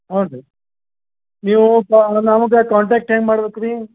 ಹ್ಞೂ ರೀ ನೀವು ನಮಗೆ ಕಾಂಟ್ಯಾಕ್ಟ್ ಹೆಂಗೆ ಮಾಡಬೇಕ್ರಿ